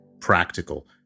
practical